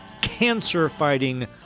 cancer-fighting